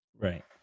Right